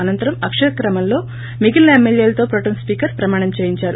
అనంతరం అక్షర క్రమంలో మిగిలిన ఎమ్మెల్యేలతో హ్రోటెం స్పీకర్ ప్రమాణం చేయించారు